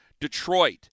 Detroit